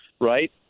right